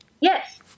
Yes